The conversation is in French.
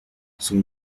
son